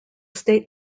state